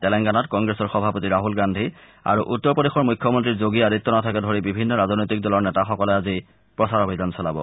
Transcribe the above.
তেলেংগানাত কংগ্ৰেছৰ সভাপতি ৰাহল গান্ধী আৰু উত্তৰ প্ৰদেশৰ মুখ্যমন্ত্ৰী যোগী আদিত্যনাথকে ধৰি বিভিন্ন ৰাজনৈতিক দলৰ নেতাসকলে আজি ৰাজ্যখনত প্ৰচাৰ অভিযান চলাব